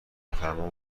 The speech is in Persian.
فرمان